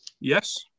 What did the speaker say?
Yes